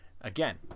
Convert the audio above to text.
Again